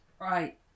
Right